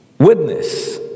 Witness